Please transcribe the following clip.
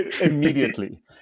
immediately